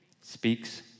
speaks